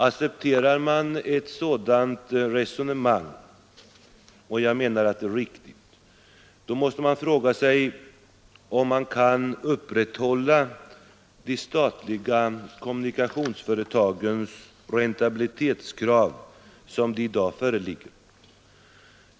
Accepterar man ett sådant resonemang — och jag menar att det är riktigt — då måste man fråga sig om man kan upprätthålla de statliga kommunikationsföretagens räntabilitetskrav som de i dag föreligger.